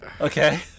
Okay